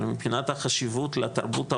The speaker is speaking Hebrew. אבל מבחינת החשיבות לתרבות העולמית,